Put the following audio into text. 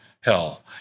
hell